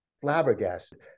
flabbergasted